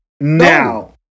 Now